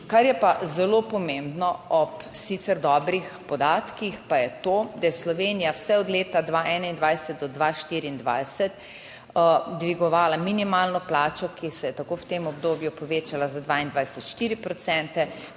Kar je pa zelo pomembno ob sicer dobrih podatkih, pa je to, da je Slovenija vse od leta 2021 do 2024 dvigovala minimalno plačo, ki se je tako v tem obdobju povečala za 22,4